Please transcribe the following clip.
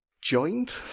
joined